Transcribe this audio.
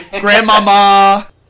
Grandmama